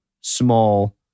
small